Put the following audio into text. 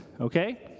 okay